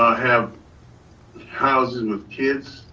have houses with kids,